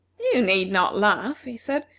you need not laugh, he said,